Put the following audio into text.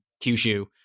Kyushu